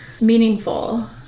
meaningful